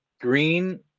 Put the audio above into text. green